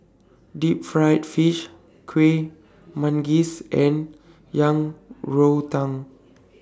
Deep Fried Fish Kuih Manggis and Yang Rou Tang